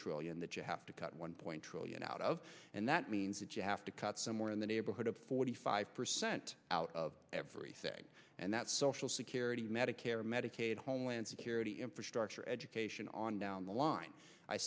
trillion that you have to cut one point two trillion out of and that means that you have to cut somewhere in the neighborhood of forty five percent out of every thing and that social security medicare medicaid homeland security infrastructure education on down the line i